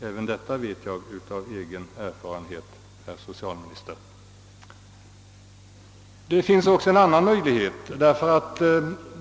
även detta vet jag av egen erfarenhet, herr socialminister. Det finns också en annan utväg.